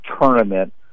tournament